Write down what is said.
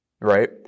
right